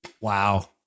Wow